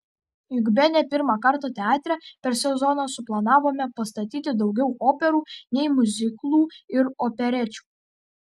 juk bene pirmą kartą teatre per sezoną suplanavome pastatyti daugiau operų nei miuziklų ir operečių